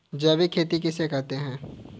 जैविक खेती किसे कहते हैं?